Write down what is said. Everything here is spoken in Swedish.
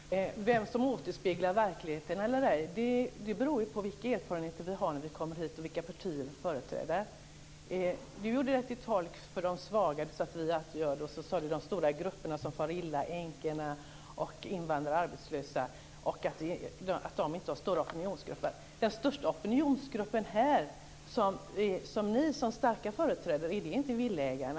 Fru talman! Hur vi återspeglar verkligheten beror ju på vilka erfarenheter vi har när vi kommer hit och vilka partier vi företräder. Sten Tolgfors gjorde sig till tolk för de svaga. Han sade att vi alltid gör det. Sedan sade han att de stora grupperna som far illa, nämligen änkorna, invandrare och arbetslösa, inte har stora opinionsgrupper. Är inte den största opinionsgruppen som ni är starka företrädare för villaägarna?